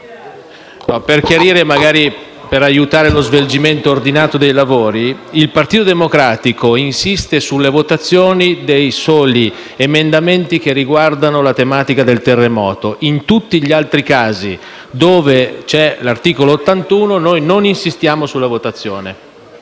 per chiarire e magari per aiutare lo svolgimento ordinato dei lavori: il Partito Democratico insiste sulle votazioni dei soli emendamenti che riguardano la tematica del terremoto. In tutti gli altri casi, dove c'è parere contrario ai sensi dell'articolo 81, noi non insistiamo per la votazione.